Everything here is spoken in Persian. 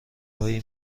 هایی